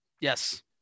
Yes